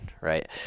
right